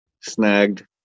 snagged